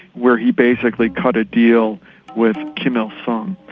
where he basically cut a deal with kim il-sung,